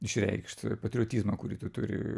išreikšt ir patriotizmą kurį tu turi